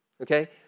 Okay